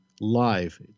live